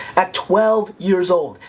at twelve years old,